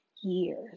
years